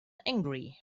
angry